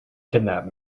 kidnap